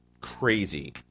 crazy